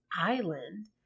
island